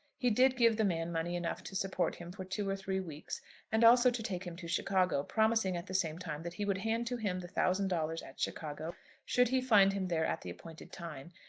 he did give the man money enough to support him for two or three weeks and also to take him to chicago, promising at the same time that he would hand to him the thousand dollars at chicago should he find him there at the appointed time,